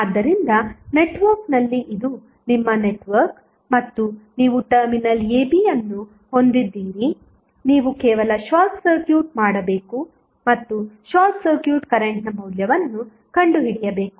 ಆದ್ದರಿಂದ ನೆಟ್ವರ್ಕ್ನಲ್ಲಿ ಇದು ನಿಮ್ಮ ನೆಟ್ವರ್ಕ್ ಮತ್ತು ನೀವು ಟರ್ಮಿನಲ್ ab ಅನ್ನು ಹೊಂದಿದ್ದೀರಿ ನೀವು ಕೇವಲ ಶಾರ್ಟ್ ಸರ್ಕ್ಯೂಟ್ ಮಾಡಬೇಕು ಮತ್ತು ಶಾರ್ಟ್ ಸರ್ಕ್ಯೂಟ್ ಕರೆಂಟ್ನ ಮೌಲ್ಯವನ್ನು ಕಂಡುಹಿಡಿಯಬೇಕು